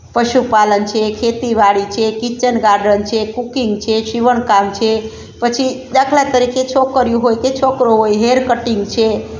પશુપાલન છે ખેતીવાડી છે કિચનગાર્ડન છે કૂકિંગ છે સિવણ કામ છે પછી દાખલા તરીકે છોકરિયું હોય કે છોકરો હોય હેર કટિંગ છે